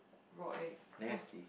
raw egg !woo!